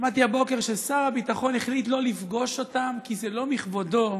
שמעתי הבוקר ששר הביטחון החליט לא לפגוש אותם כי זה לא מכבודו,